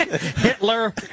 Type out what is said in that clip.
Hitler